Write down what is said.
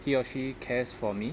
he or she cares for me